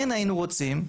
כן היינו רוצים,